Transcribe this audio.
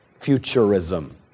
futurism